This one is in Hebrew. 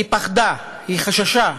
היא פחדה, היא חששה: